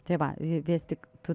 tai va vis tik tu